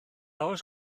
oes